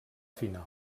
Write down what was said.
final